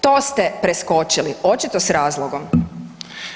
To ste preskočili, očito s razlogom.